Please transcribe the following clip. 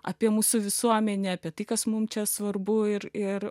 apie mūsų visuomenę apie tai kas mums čia svarbu ir ir